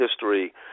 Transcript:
history